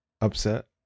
Upset